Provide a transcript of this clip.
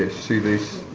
ah see these?